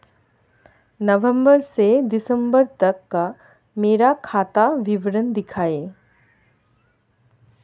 नवंबर से दिसंबर तक का मेरा खाता विवरण दिखाएं?